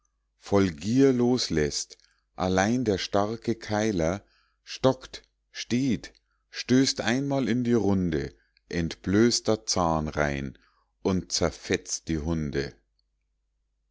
voll gier losläßt allein der starke keiler stockt steht stößt einmal in die runde entblößter zahnreihn und zerfetzt die hunde